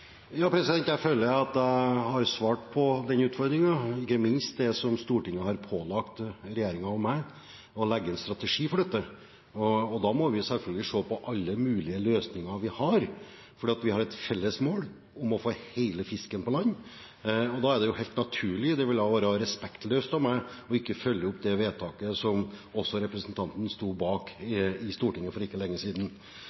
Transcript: Jeg føler at jeg har svart på den utfordringen, ikke minst det som Stortinget har pålagt regjeringen og meg: å legge en strategi for dette. Da må vi selvfølgelig se på alle mulige løsninger vi har, for vi har et felles mål om å få hele fisken på land, og da er det helt naturlig. Det ville være helt respektløst av meg å ikke følge opp det vedtaket som også representanten sto bak